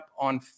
on